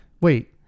Wait